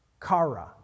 Kara